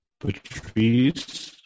Patrice